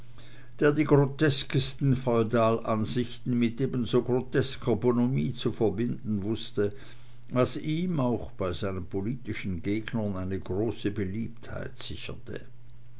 der die groteskesten feudalansichten mit ebenso grotesker bonhomie zu verbinden wußte was ihm auch bei seinen politischen gegnern eine große beliebtheit sicherte